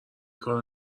کارو